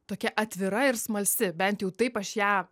tokia atvira ir smalsi bent jau taip aš ją